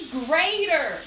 greater